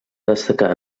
destacar